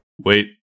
wait